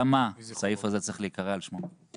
הסעיף הזה צריך להיקרא על שמו.